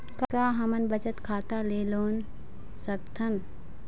का हमन बचत खाता ले लोन सकथन?